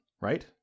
right